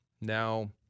Now